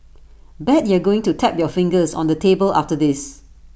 bet you're going to tap your fingers on the table after this